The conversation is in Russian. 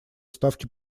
ставки